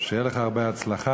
שתהיה לך הרבה הצלחה.